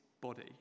body